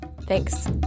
Thanks